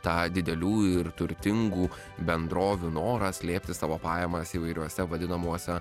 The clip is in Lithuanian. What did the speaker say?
tą didelių ir turtingų bendrovių norą slėpti savo pajamas įvairiuose vadinamuose